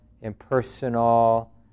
impersonal